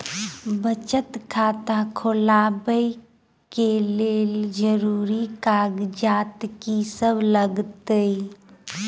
बचत खाता खोलाबै कऽ लेल जरूरी कागजात की सब लगतइ?